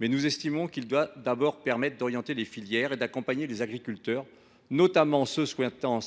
nous estimons qu’il doit d’abord permettre d’orienter les filières et d’accompagner les agriculteurs, notamment ceux qui souhaitent tendre